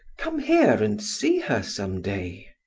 come here and see her some day.